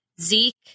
Zeke